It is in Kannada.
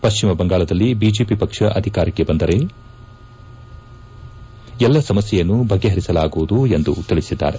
ಪಶ್ಚಿಮ ಬಂಗಾಳದಲ್ಲಿ ಬಿಜೆಪಿ ಪಕ್ಷ ಅಧಿಕಾರಕ್ಕೆ ಬಂದರೆ ಎಲ್ಲ ಸಮಸ್ವೆಯನ್ನು ಬಗೆಹರಿಸಲಾಗುವುದು ಎಂದು ತಿಳಿಸಿದ್ದಾರೆ